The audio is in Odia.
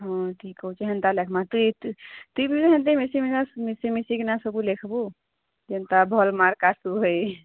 ହଁ ଠିକ ଅଛି ହେନ୍ତା ଲେଖମା ତୁଇ ତୁଇ ତୁଇ ବି ହେନ୍ତି ମିଶି ଜସ ମିଶି ମିଶିକିନା ସବୁ ଲେଖବୁ ଯେନ୍ତା ଭଲ ମାର୍କ୍ ଆସୁ ହଇ